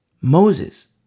Moses